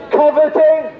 coveting